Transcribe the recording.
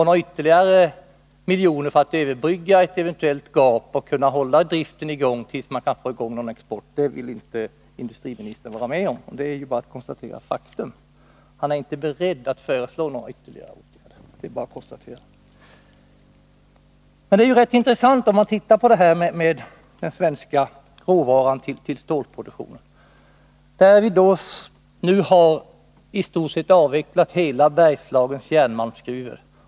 Några ytterligare miljoner för att överbrygga eventuellt gap och för att kunna hålla driften vid liv till dess att man satt i gång med exporten vill inte industriministern vara med om. Det är bara att konstatera faktum. Han är inte beredd att föreslå några ytterligare åtgärder. Men det är ganska intressant, om det här med svensk råvara till stålproduktionen närmare undersöks. Vi har nu i stort sett avvecklat hela Bergslagens järnmalmsgruvor.